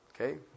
Okay